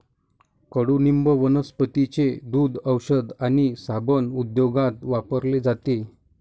कडुनिंब वनस्पतींचे दूध, औषध आणि साबण उद्योगात वापरले जाते